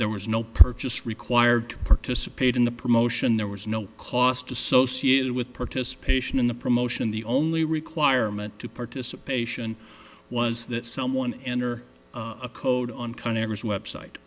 there was no purchase required to participate in the promotion there was no cost associated with participation in the promotion the only requirement to participation was that someone enter a code on kyra's website